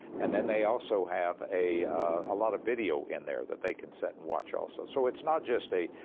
and then they also have a, a lot of video in there that they can sit and watch also. and so it not just a,